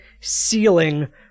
ceiling